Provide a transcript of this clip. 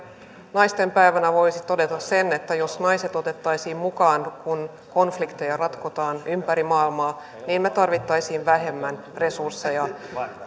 naistenpäivänä voisi todeta että jos naiset otettaisiin mukaan kun konflikteja ratkotaan ympäri maailmaa me tarvitsisimme vähemmän resursseja